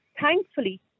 thankfully